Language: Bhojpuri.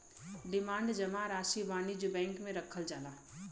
डिमांड जमा राशी वाणिज्य बैंक मे रखल जाला